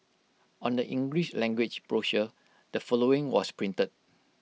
on the English language brochure the following was printed